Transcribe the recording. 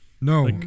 No